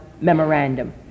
memorandum